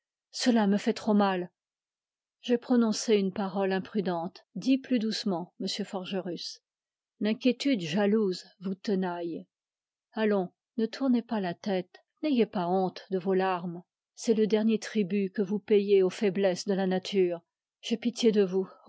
cela me fait trop de mal j'ai prononcé une parole imprudente dit plus doucement m forgerus l'inquiétude jalouse vous tenaille allons ne tournez pas la tête n'ayez pas honte de vos pleurs c'est le dernier tribut que vous payez aux faiblesses de la nature j'ai pitié de vous